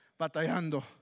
batallando